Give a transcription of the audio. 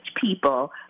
people